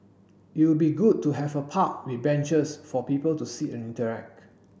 it would be good to have a park with benches for people to sit and interact